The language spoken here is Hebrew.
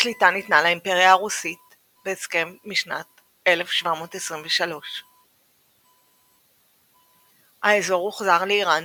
השליטה ניתנה לאימפריה הרוסית בהסכם משנת 1723. האזור הוחזר לאיראן